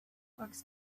books